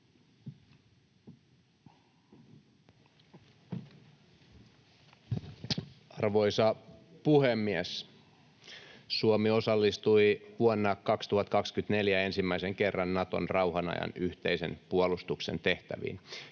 Arvoisa puhemies! Suomi osallistui vuonna 2024 ensimmäisen kerran Naton rauhan ajan yhteisen puolustuksen tehtäviin,